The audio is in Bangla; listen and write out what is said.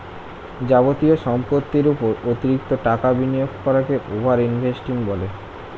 যাবতীয় সম্পত্তির উপর অতিরিক্ত টাকা বিনিয়োগ করাকে ওভার ইনভেস্টিং বলে